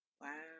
Wow